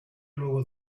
luego